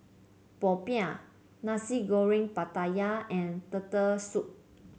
popiah Nasi Goreng Pattaya and Turtle Soup